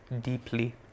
deeply